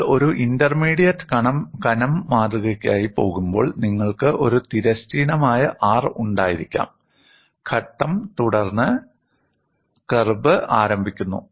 നിങ്ങൾ ഒരു ഇന്റർമീഡിയറ്റ് കനം മാതൃകയ്ക്കായി പോകുമ്പോൾ നിങ്ങൾക്ക് ഒരു തിരശ്ചീനമായ R ഉണ്ടായിരിക്കാം ഘട്ടം തുടർന്ന് കർവ് ആരംഭിക്കുന്നു